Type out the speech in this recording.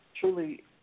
truly